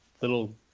little